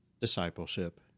discipleship